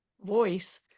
voice